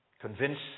convince